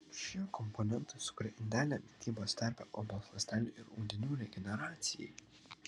šie komponentai sukuria idealią mitybos terpę odos ląstelių ir audinių regeneracijai